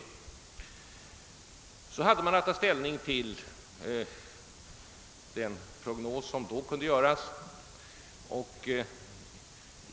Man hade emellertid då att ta ställning till den prognos som då kunde göras.